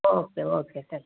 okay okay ಸರಿ